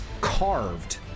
carved